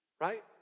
right